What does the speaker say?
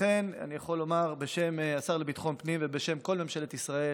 לכן אני יכול לומר בשם השר לביטחון הלאומי ובשם כל ממשלת ישראל